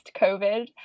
COVID